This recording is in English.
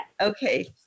Okay